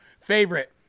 favorite